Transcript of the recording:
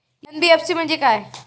NBFC म्हणजे काय?